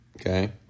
Okay